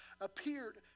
appeared